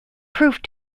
proved